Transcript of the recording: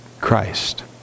Christ